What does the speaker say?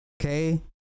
Okay